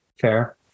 fair